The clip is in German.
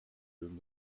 den